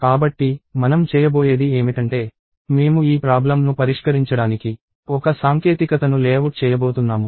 కాబట్టి మనం చేయబోయేది ఏమిటంటే మేము ఈ ప్రాబ్లమ్ ను పరిష్కరించడానికి ఒక సాంకేతికతను లేఅవుట్ చేయబోతున్నాము